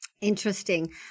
Interesting